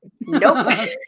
Nope